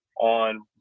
on